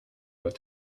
what